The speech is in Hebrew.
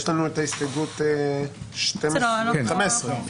יש לנו הסתייגות 13 ו-15.